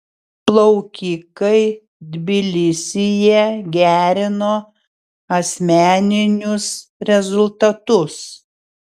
plaukikai tbilisyje gerino asmeninius rezultatus